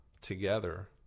together